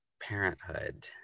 parenthood